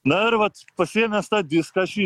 na ir vat pasiėmęs tą diską aš jį